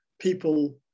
people